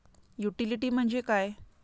Utility म्हणजे काय?